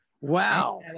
wow